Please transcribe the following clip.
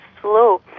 slow